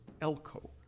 elko